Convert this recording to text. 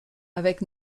avec